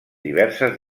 diverses